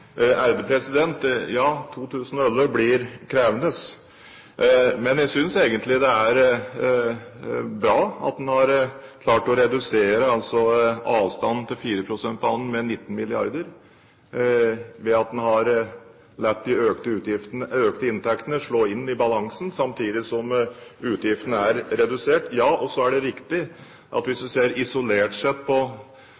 2011 blir krevende. Men jeg synes egentlig det er bra at en har klart å redusere avstanden til 4 pst.-banen med 19 mrd. kr, ved at en har latt de økte inntektene slå inn i balansen, samtidig som utgiftene er redusert. Så er det riktig, hvis en ser på stramheten fra 2009 til 2010 isolert, at det er mindre stramhet i 2010. Men hvis